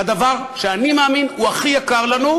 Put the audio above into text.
בדבר שאני מאמין שהוא הכי יקר לנו,